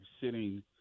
sitting –